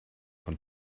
von